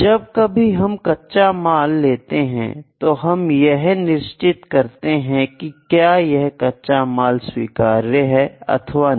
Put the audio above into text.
जब कभी हम कच्चा माल लेते हैं तो हम यह निश्चित करते हैं कि क्या यह कच्चा माल स्वीकार्य है अथवा नहीं